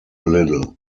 little